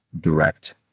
direct